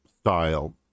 style